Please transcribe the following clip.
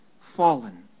fallen